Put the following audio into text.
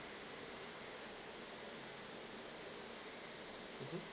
mmhmm